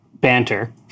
banter